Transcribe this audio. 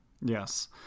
yes